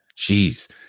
Jeez